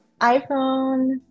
iPhone